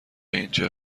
اینجا